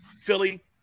Philly